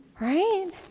Right